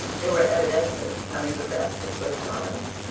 they were evidently having the best of good times,